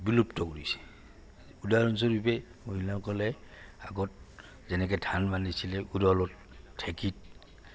বিলুপ্ত কৰিছে উদাহৰণস্বৰূপে মহিলাসকলে আগত যেনেকে ধান বান্ধিছিলে উৰালত ঢেঁকীত